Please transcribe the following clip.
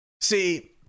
see